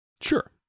Sure